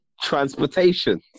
Transportation